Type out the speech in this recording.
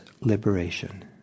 liberation